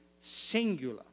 singular